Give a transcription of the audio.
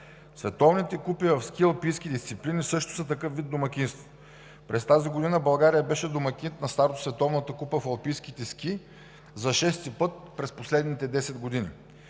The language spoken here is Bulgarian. Световните купи в ски алпийски дисциплини също са такъв вид домакинства. През тази година България беше домакин на старт от Световната купа в алпийските ски за шести път през последните 10 години.